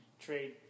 trade